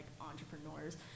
entrepreneurs